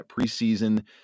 preseason